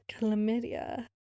chlamydia